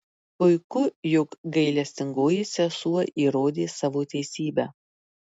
puiku jog gailestingoji sesuo įrodė savo teisybę